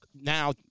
now